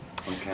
Okay